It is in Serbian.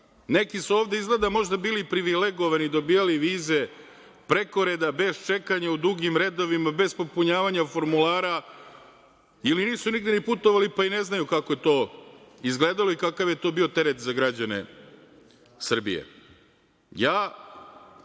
Neki su ovde izgleda možda bili privilegovani, dobijali vize preko reda, bez čekanja u dugim redovima, bez popunjavanja formulara, ili nisu nigde ni putovali, pa i ne znaju kako to izgleda i kakav je to bio teret za građane Srbije.